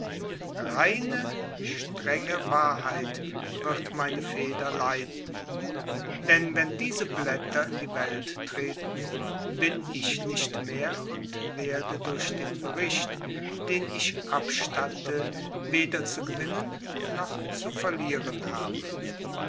reine strenge wahrheit wird meine feder leiten denn wenn diese blätter in die welt treten bin ich nicht mehr und werde durch den bericht den ich abstatte weder zu gewinnen noch zu verlieren haben